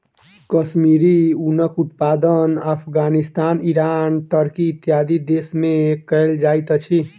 कश्मीरी ऊनक उत्पादन Afghanistan, Iran, Turkey, इत्यादि देश में कयल जाइत अछि